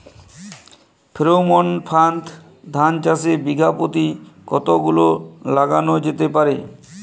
Pheromone ফাঁদ ধান চাষে বিঘা পতি কতগুলো লাগানো যেতে পারে?